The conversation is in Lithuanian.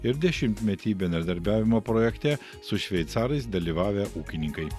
ir dešimtmetį bendradarbiavimo projekte su šveicarais dalyvavę ūkininkai